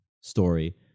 story